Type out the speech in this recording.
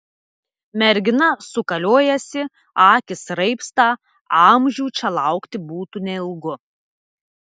mergina sukaliojasi akys raibsta amžių čia laukti būtų neilgu